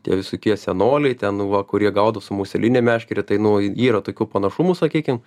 tie visokie senoliai ten va kurie gaudo su museline meškere tai nu yra tokių panašumų sakykim